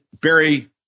Barry